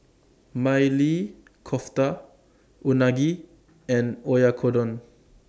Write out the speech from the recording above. Maili Kofta Unagi and Oyakodon